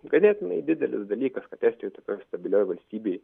ganėtinai didelis dalykas kad estijoj tokioj stabilioj valstybėj